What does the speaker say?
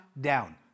down